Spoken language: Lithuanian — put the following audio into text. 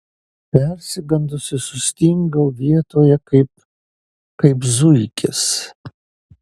persigandusi sustingau vietoje kaip kaip zuikis